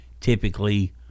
Typically